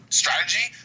strategy